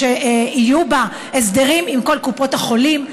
שיהיו בהם הסדרים עם כל קופות החולים,